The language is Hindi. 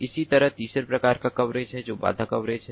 इसी तरह तीसरे प्रकार की कवरेज है जो बाधा कवरेज है